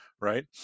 right